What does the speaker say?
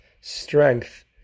strength